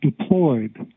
deployed